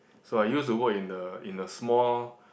so I use to work in the in the small